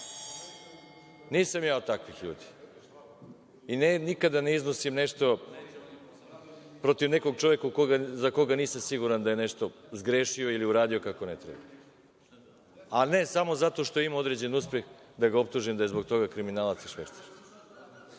ja od takvih, ljudi. I nikada ne iznosim nešto protiv nekog čoveka za koga nisam siguran da je nešto zgrešio ili uradio kako ne treba, a ne samo zato što ima određen uspeh da ga optužim da je zbog toga kriminalac i švercer.